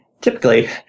Typically